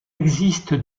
existe